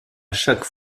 chaque